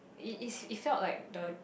it is it felt like the